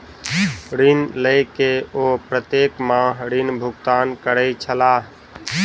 ऋण लय के ओ प्रत्येक माह ऋण भुगतान करै छलाह